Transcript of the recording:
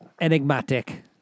enigmatic